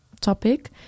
topic